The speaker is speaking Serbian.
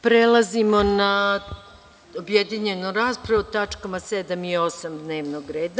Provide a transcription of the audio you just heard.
Prelazimo na objedinjenu raspravu po tačkama 7. i 8. dnevnog reda.